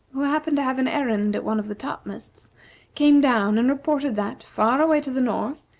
who happened to have an errand at one of the topmasts, came down, and reported that, far away to the north,